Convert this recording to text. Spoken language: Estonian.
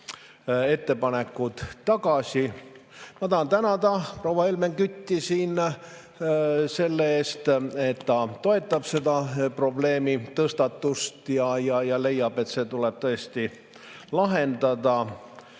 ettepanekud tagasi. Ma tahan tänada proua Helmen Kütti selle eest, et ta toetab seda probleemitõstatust ja leiab, et see tuleb tõesti lahendada.